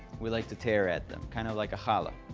we like to tear at, kind of like a challah.